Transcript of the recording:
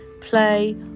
play